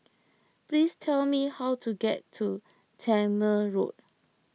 please tell me how to get to Tangmere Road